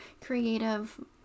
creative